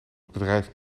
bedrijf